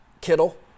Kittle